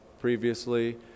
previously